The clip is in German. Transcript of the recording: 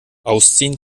ausziehen